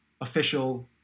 official